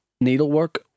needlework